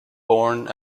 borne